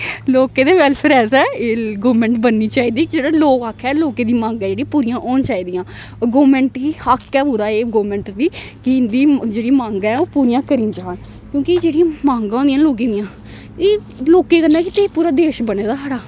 लोकें दे वेलफेयर ऐसा एह् गौरमैंट बननी चाहिदी जेह्ड़ा लोक आक्खै लोकें दी मांह्ग ऐ जेह्ड़ी पूरियां होन चाहि दियां गौरमैंट गी हक ऐ पूरा एह् गौरमैंट दी कि इंदी जेह्ड़ी मांह्गा ऐ ओह् पूरियां करीन जान क्योंकि जेह्ड़ियां मांगा होंदियां लोकें दियां एह् लोकें पूरा देश बने दा साढ़ा